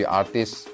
artists